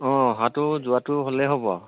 অঁ অহাটো যোৱাটো হ'লেই হ'ব আৰু